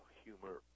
humor